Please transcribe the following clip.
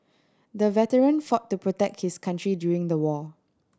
the veteran fought to protect his country during the war